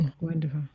Wonderful